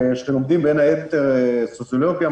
לומדים בין הייתר סוציולוגיה,